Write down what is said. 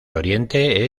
oriente